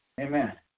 Amen